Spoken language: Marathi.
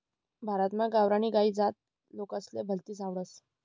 भारतमा गावरानी गायनी जात लोकेसले भलतीस आवडस